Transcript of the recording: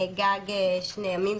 גג לשני ימים.